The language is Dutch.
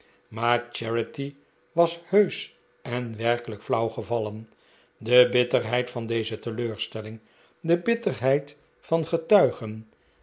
maar charity was heusch en werkelijk flauw gevallen de bitterheid van deze teleurstelling de bitterheid van getuigen